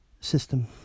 system